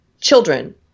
children